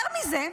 יותר מזה,